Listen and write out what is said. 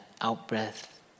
out-breath